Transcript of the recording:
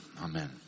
Amen